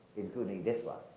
including this one,